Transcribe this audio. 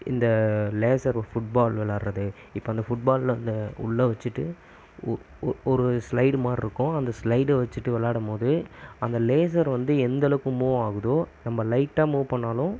இந்த laser football விளாடுற து இப்போ அந்த ஃபுட் பால் அந்த உள்ளே வச்சுட்டு ஒ ஒரு ஸ்லைடு மாதிரி இருக்கும் அந்த ஸ்லைடை வச்சுட்டு விளாடும் போது அந்த லேசர் வந்து எந்தளவுக்கு மூவ் ஆகுதோ நம்ப லைட்டாக மூவ் பண்ணாலும்